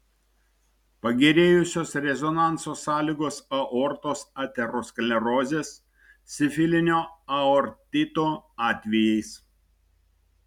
pagerėjusios rezonanso sąlygos aortos aterosklerozės sifilinio aortito atvejais